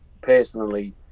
Personally